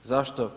Zašto?